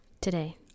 Today